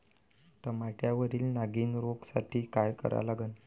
टमाट्यावरील नागीण रोगसाठी काय करा लागन?